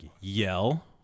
yell